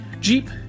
Jeep